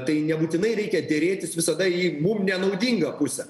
tai nebūtinai reikia derėtis visada į mum nenaudingą pusę